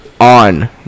on